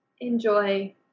enjoy